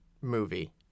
movie